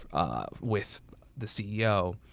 ah with the ceo,